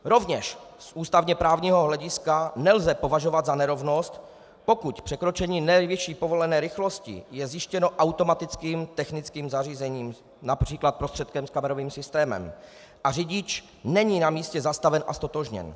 Rovněž z ústavněprávního hlediska nelze považovat za nerovnost, pokud překročení nejvyšší povolené rychlosti je zjištěno automatickým technickým zařízením, například prostředkem s kamerovým systémem, a řidič není na místě zastaven a ztotožněn.